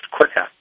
quicker